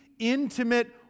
intimate